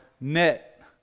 net